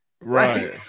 Right